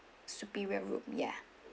superior room ya